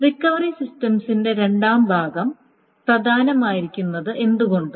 recovery സിസ്റ്റംസിന്റെ രണ്ടാം ഭാഗം പ്രധാനമായിരിക്കുന്നത് എന്തുകൊണ്ട്